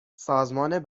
سازمان